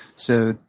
so,